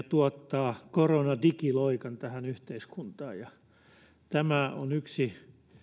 tuottaa koronadigiloikan tähän yhteiskuntaan ja tämä on yksi